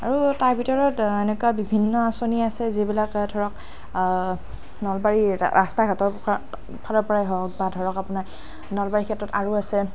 আৰু তাৰ ভিতৰত এনেকুৱা বিভিন্ন আঁচনি আছে যিবিলাকে ধৰক নলবাৰী ৰাস্তা ঘাটৰ ফালৰ পৰাই হওঁক বা ধৰক আপোনাৰ নলবাৰী ক্ষেত্ৰত আৰু আছে